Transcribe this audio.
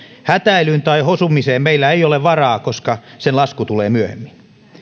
hätäilyyn tai hosumiseen meillä ei ole varaa koska sen lasku tulee myöhemmin